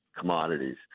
commodities